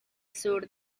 sur